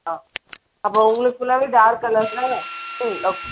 ஆ அப்போ உங்களுக்கு ஃபுல்லாகவே டார்க் கலரில் ம் ஓகே